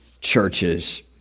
churches